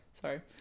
sorry